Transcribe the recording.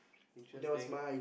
interesting